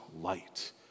light